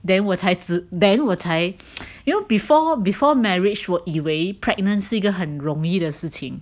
then 我才知 then 我才 you know before before marriage 我以为 pregnant 是一个很容易的事情